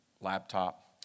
laptop